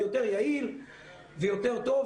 יותר יעיל ויותר טוב,